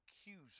accuser